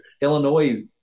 illinois